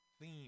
theme